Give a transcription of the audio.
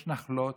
יש נחלות.